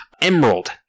Emerald